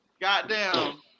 goddamn